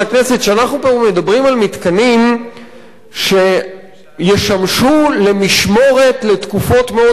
שאנחנו מדברים על מתקנים שישמשו למשמורת לתקופות מאוד ארוכות.